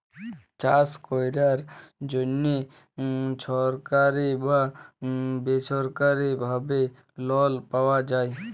চাষ ক্যরার জ্যনহে ছরকারি বা বেছরকারি ভাবে লল পাউয়া যায়